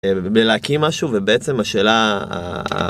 מלהקים משהו, ובעצם השאלה ה...